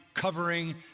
covering